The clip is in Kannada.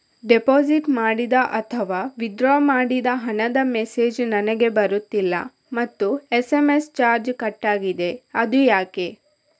ಡೆಪೋಸಿಟ್ ಮಾಡಿದ ಅಥವಾ ವಿಥ್ಡ್ರಾ ಮಾಡಿದ ಹಣದ ಮೆಸೇಜ್ ನನಗೆ ಬರುತ್ತಿಲ್ಲ ಮತ್ತು ಎಸ್.ಎಂ.ಎಸ್ ಚಾರ್ಜ್ ಕಟ್ಟಾಗಿದೆ ಅದು ಯಾಕೆ?